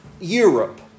Europe